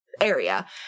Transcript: Area